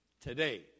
today